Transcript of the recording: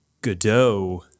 Godot